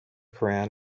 koran